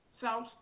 South